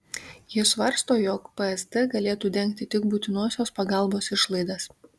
ji svarsto jog psd galėtų dengti tik būtinosios pagalbos išlaidas